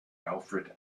alfred